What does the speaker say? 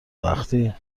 وقتی